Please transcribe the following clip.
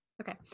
Okay